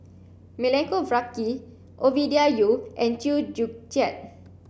Milenko Prvacki Ovidia Yu and Chew Joo Chiat